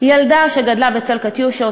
ילדה שגדלה בצל "קטיושות",